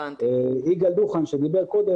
יגאל דוכן שדיבר קודם,